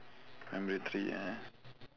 primary three ya